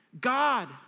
God